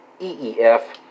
E-E-F